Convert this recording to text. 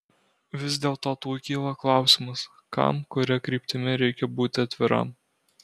vis dėlto tuoj kyla klausimas kam kuria kryptimi reikia būti atviram